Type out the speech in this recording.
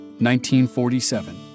1947